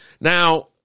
Now